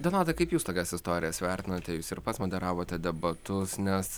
donatai kaip jūs tokias istorijas vertinate jūs ir pats moderavote debatus nes